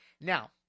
Now